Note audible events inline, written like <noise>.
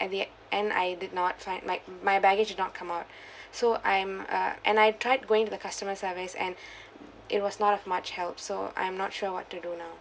at the e~ end I did not find my my baggage did not come out <breath> so I'm uh and I tried going to the customer service and <breath> it was not of much help so I'm not sure what to do now